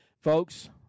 Folks